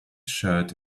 shirt